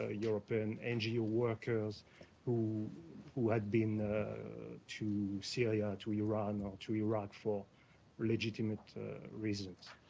ah european ngo workers who who had been to syria, to iran, or to iraq for legitimate reasons?